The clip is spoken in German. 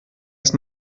ist